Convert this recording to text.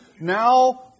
now